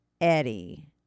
Eddie